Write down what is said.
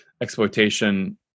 exploitation